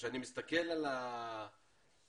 כשאני מסתכל על הכסף